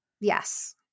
Yes